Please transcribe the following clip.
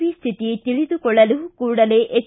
V ಸ್ಥಿತಿ ತಿಳಿದುಕೊಳ್ಳಲು ಕೂಡಲೇ ಎಚ್